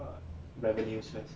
err revenues first